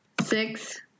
Six